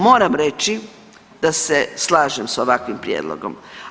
Moram reći da se slažem s ovakvim prijedlogom.